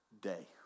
day